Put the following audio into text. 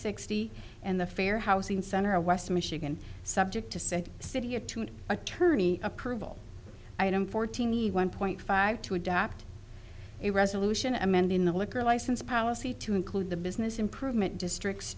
sixty and the fair housing center west michigan subject to said city or to an attorney approval item fourteen need one point five to adopt a resolution amending the liquor license policy to include the business improvement district